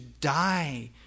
die